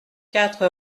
quatre